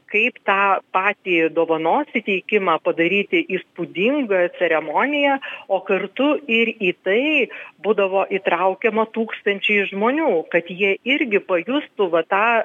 kaip tą patį dovanos įteikimą padaryti įspūdinga ceremonija o kartu ir į tai būdavo įtraukiama tūkstančiai žmonių kad jie irgi pajustų va tą